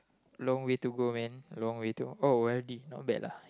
long way to go man long way to oh not bad lah